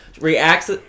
reacts